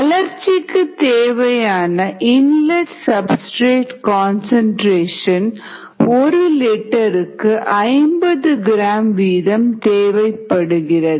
வளர்ச்சிக்கு தேவையான inlet substrate concentration ஒரு லிட்டருக்கு 50 கிராம் வீதம் 50gl தேவைப்படுகிறது